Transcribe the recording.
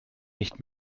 nicht